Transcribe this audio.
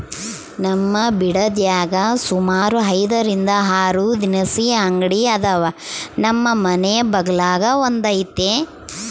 ನಮ್ ಬಿಡದ್ಯಾಗ ಸುಮಾರು ಐದರಿಂದ ಆರು ದಿನಸಿ ಅಂಗಡಿ ಅದಾವ, ನಮ್ ಮನೆ ಬಗಲಾಗ ಒಂದೈತೆ